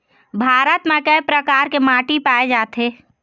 भारत म कय प्रकार के माटी पाए जाथे?